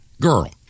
girl